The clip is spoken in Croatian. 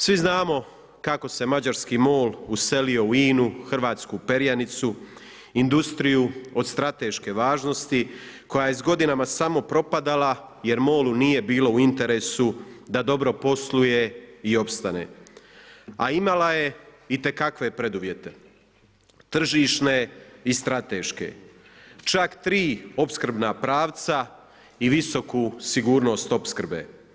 Svi znamo kako se mađarski MOL uselio u INA-u hrvatsku perjanicu, industriju od strateške važnosti koja je s godinama samo propadala jer MOL-u nije bilo u interesu da dobro posluje i opstane, a imala je itekakve preduvjete tržišne i strateške, čak tri opskrbna pravca i visoku sigurnost opskrbe.